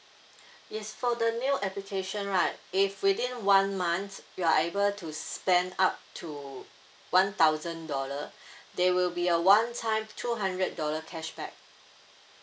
yes for the new application right if within one month you are able to spend up to one thousand dollar there will be a one time two hundred dollar cashback